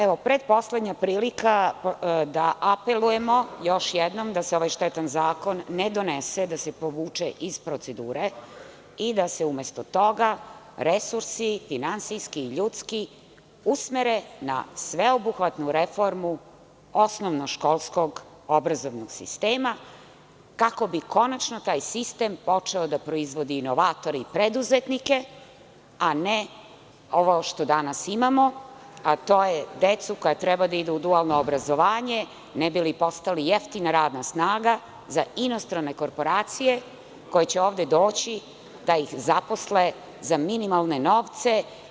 Evo, pretposlednja prilika da apelujemo još jednom da se ovaj štetan zakon ne donese, da se povuče iz procedure i da se umesto toga resursi, finansijski i ljudski, usmere na sveobuhvatnu reformu osnovnoškolskog obrazovnog sistema, kako bi konačno taj sistem počeo da proizvodi inovatore i preduzetnike, a ne ovo što danas imamamo, a to je decu koja treba da idu u dualno obrazovanje, ne bi li postali jeftina radna snaga za inostrane korporacije, koje će ovde doći da ih zaposle za minimalne novce.